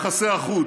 ביחסי החוץ,